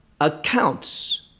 accounts